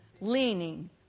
Leaning